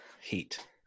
heat